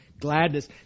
gladness